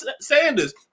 Sanders